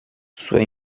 sua